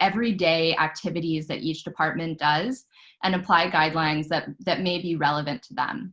everyday activities that each department does and apply guidelines that that may be relevant to them.